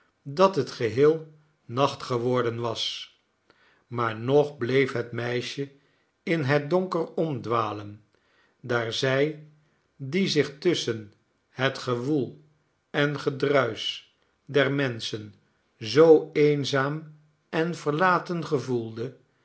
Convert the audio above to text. dat het geheel nacht geworden was maar nog bleef het meisje in het donker omdwalen daar zij die zich tusschen het gewoel en gedruis der menschen zoo eenzaam en verlaten gevoelde